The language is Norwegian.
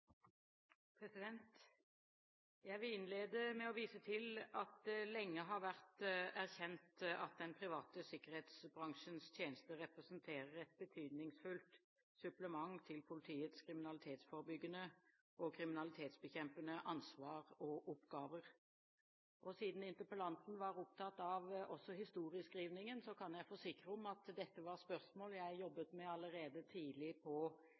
Jeg vil innlede med å vise til at det lenge har vært erkjent at den private sikkerhetsbransjens tjenester representerer et betydningsfullt supplement til politiets kriminalitetsforebyggende og kriminalitetsbekjempende ansvar og oppgaver. Siden interpellanten var opptatt av også historieskrivningen, kan jeg forsikre om at dette var spørsmål jeg jobbet med allerede tidlig på